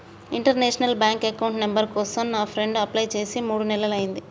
international bank account number కోసం నా friend apply చేసి మూడు నెలలయ్యింది